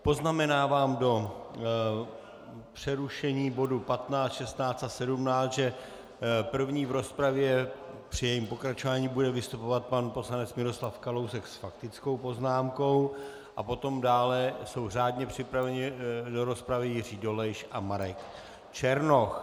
Poznamenávám do přerušení bodu 15, 16 a 17, že první v rozpravě při jejím pokračování bude vystupovat pan poslanec Miroslav Kalousek s faktickou poznámkou a potom dále jsou řádně připraveni do rozpravy Jiří Dolejš a Marek Černoch.